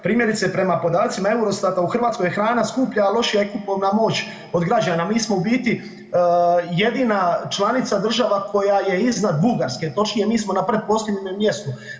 Primjerice prema podacima Eurostata u Hrvatskoj je hrana skuplja, a lošija je kupovna moć od građana, mi smo u biti jedina članica država koja je iznad Bugarske, točnije mi smo na pretposljednjem mjestu.